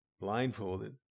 blindfolded